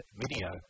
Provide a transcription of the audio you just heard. video